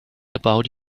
about